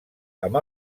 amb